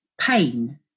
pain